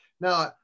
Now